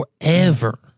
forever